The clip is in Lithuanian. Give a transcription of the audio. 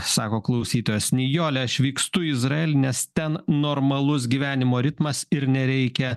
sako klausytojas nijolė aš vykstu į izraelį nes ten normalus gyvenimo ritmas ir nereikia